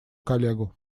коллегу